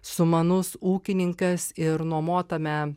sumanus ūkininkas ir nuomotame